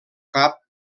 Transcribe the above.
cap